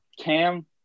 Cam –